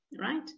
right